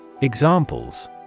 Examples